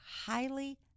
highly